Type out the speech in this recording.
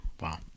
Wow